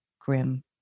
grim